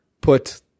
put